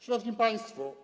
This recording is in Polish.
Szanowni Państwo!